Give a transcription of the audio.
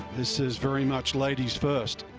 this is very much ladies first.